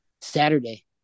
Saturday